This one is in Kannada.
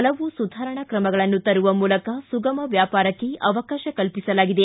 ಹಲವು ಸುಧಾರಣಾ ಕ್ರಮಗಳನ್ನು ತರುವ ಮೂಲಕ ಸುಗಮ ವ್ಯಾಪಾರಕ್ಷೆ ಅವಕಾಶ ಕಲ್ಪಿಸಲಾಗಿದೆ